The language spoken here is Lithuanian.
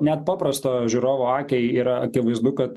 net paprasto žiūrovo akiai yra akivaizdu kad